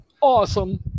awesome